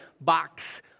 box